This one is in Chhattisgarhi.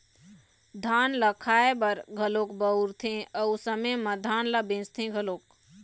धान ल खाए बर घलोक बउरथे अउ समे म धान ल बेचथे घलोक